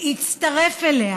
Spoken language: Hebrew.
לאן?